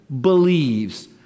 believes